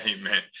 Amen